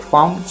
Farm